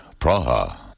Praha